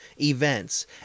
events